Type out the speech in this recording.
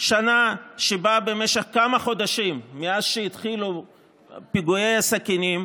שנה שבה במשך כמה חודשים מאז שהתחילו פיגועי הסכינים